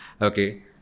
Okay